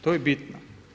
To je bitno.